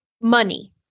money